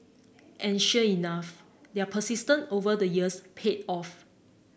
and sure enough their persistence over the years paid off